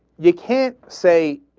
yeah can't say,